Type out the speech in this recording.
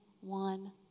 one